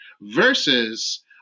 versus